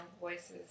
voices